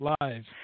live